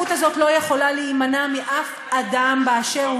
אתה בעד חרם על מדינת ישראל.